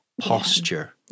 posture